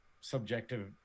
subjective